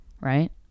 right